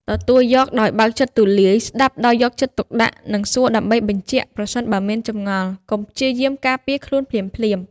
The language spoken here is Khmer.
ទទួលយកដោយបើកចិត្តទូលាយ ស្តាប់ដោយយកចិត្តទុកដាក់ និងសួរដើម្បីបញ្ជាក់ប្រសិនបើមានចម្ងល់ កុំព្យាយាមការពារខ្លួនភ្លាមៗ។